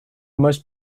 most